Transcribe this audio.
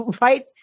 right